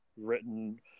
written